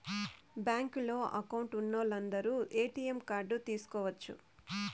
బ్యాంకులో అకౌంట్ ఉన్నోలందరు ATM card తీసుకొనచ్చు